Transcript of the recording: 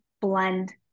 blend